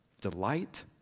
delight